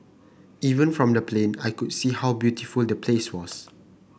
even from the plane I could see how beautiful the place was